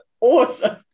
awesome